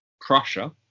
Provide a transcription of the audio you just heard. Prussia